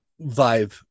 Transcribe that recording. vibe